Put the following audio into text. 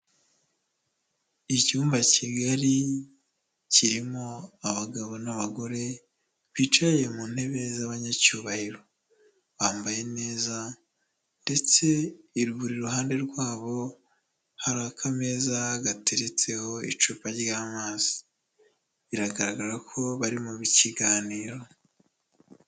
Icyumba kigali kirimo abagabo n'abagore bicaye mu ntebe z'abanyacyubahiro, bambaye neza ndetse buri ruhande rwabo hari akameza gateretseho icupa ry'amazi, biragaragara ko bari mu kiganiro.